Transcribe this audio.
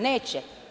Neće.